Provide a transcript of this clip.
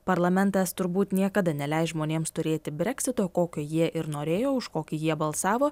parlamentas turbūt niekada neleis žmonėms turėti breksito kokio jie ir norėjo už kokį jie balsavo